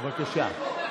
בבקשה.